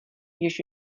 jež